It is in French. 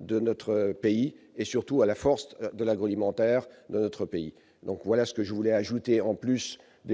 de notre pays et, surtout, à la force de l'agroalimentaire français. Voilà ce que je voulais ajouter aux